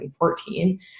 2014